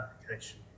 application